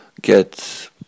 get